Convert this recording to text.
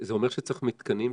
זה אומר שצריך מתקנים,